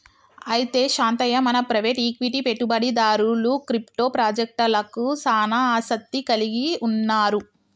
అయితే శాంతయ్య మన private equity పెట్టుబడిదారులు క్రిప్టో పాజెక్టలకు సానా ఆసత్తి కలిగి ఉన్నారు